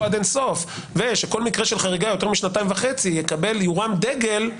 עד אין סוף ושכל מקרה של חריגה יותר משנתיים וחצי יורם דגל.